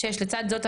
6. לצד זאת,